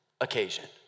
occasion